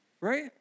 Right